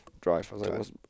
drive